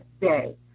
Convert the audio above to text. day